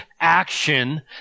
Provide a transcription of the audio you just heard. action